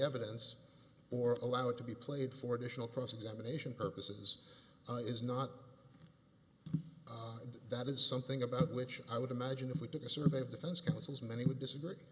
evidence or allow it to be played for additional cross examination purposes is not that is something about which i would imagine if we did a survey of defense counsels many would disagree